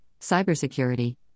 cybersecurity